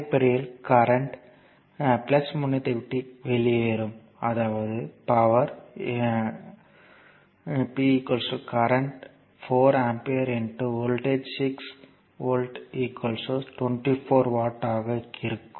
அடிப்படையில் கரண்ட் முனையத்தை விட்டு வெளியேறும் அதாவது power current 4 ampere voltage 6 volt 24 watt ஆக இருக்கும்